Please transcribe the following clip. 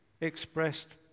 expressed